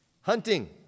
Hunting